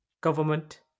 government